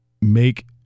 make